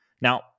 now